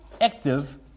active